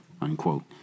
unquote